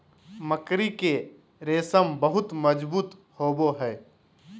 मकड़ी के रेशम बहुत मजबूत होवो हय